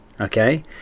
Okay